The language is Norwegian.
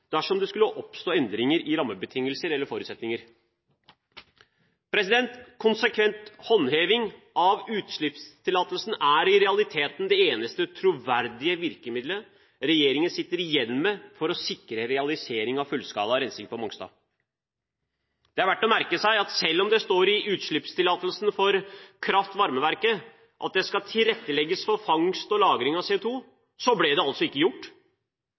dersom det skulle oppstå endringer i rammebetingelser eller forutsetninger. Konsekvent håndheving av utslippstillatelsen er i realiteten det eneste troverdige virkemidlet regjeringen sitter igjen med for å sikre realisering av fullskala rensing på Mongstad. Det er verdt å merke seg at selv om det står i utslippstillatelsen for kraftvarmeverket at det skal tilrettelegges for fangst og lagring av CO2, ble det altså ikke gjort.